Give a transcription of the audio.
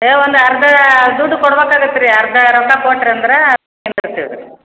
ಏ ಒಂದು ಅರ್ಧ ದುಡ್ಡು ಕೊಡ್ಬೇಕಾಗತ್ತೆ ರೀ ಅರ್ಧ ರೊಕ್ಕ ಕೊಟ್ರಿ ಅಂದ್ರೆ